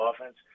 offense